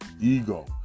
ego